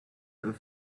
and